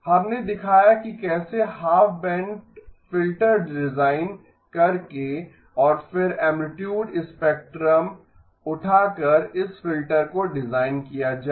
हमने दिखाया कि कैसे हाफ बैंड फिल्टर डिजाइन करके और फिर ऐमप्लितुड स्पेक्ट्रम उठाकर इस फिल्टर को डिजाइन किया जाए